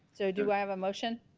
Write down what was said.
so do i have a motion